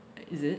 like is it